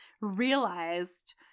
realized